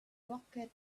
rocket